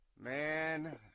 Man